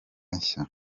nshya